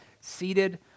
seated